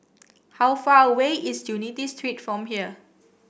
how far away is Unity Street from here